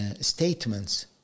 statements